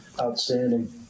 Outstanding